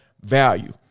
value